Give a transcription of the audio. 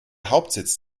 hauptsitz